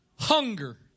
Hunger